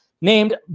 named